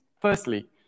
Firstly